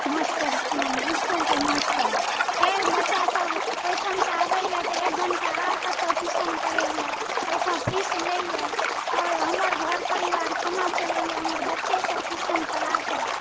master स्कूलके master फेर बच्चासभ ओहिठामसँ आबयए तऽ एक घण्टा आओर कतहुँ ट्यूशन पढ़यए ओहिठाम फीस लयए आओर हमर घर परिवार कोना चलयए हमर बच्चेसभ ट्यूशन पढ़ाके